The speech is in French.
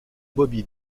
bobby